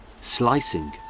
slicing